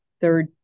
third